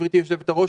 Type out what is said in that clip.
גברתי יושבת-הראש,